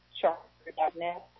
charter.net